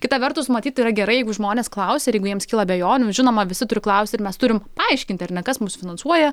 kita vertus matyt yra gerai jeigu žmonės klausia jeigu jiems kyla abejonių žinoma visi turi klausti ir mes turim paaiškinti ar ne kas mus finansuoja